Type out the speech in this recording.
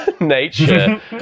nature